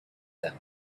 them